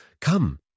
come